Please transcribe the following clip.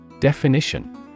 Definition